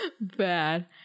Bad